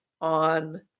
on